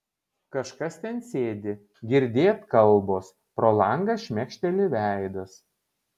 kažkas ten sėdi girdėt kalbos pro langą šmėkšteli veidas